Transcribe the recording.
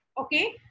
Okay